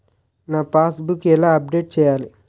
నా passbook ఎలా update చేయాలి?